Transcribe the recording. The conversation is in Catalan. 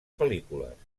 pel·lícules